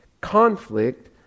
conflict